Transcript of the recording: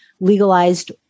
legalized